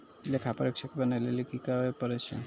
लेखा परीक्षक बनै लेली कि करै पड़ै छै?